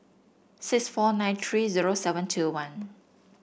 six four nine three zero seven two one